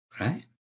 Right